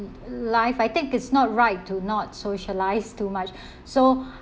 life I think it's not right to not socialise too much so